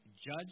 judge